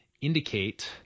indicate